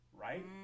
right